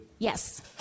Yes